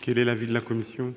Quel est l'avis de la commission ?